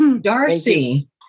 Darcy